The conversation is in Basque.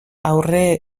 aurre